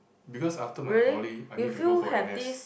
because after my poly I need to go for N_S